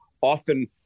often